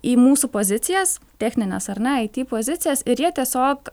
į mūsų pozicijas technines ar ne it pozicijas ir jie tiesiog